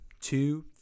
two